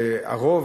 והרוב,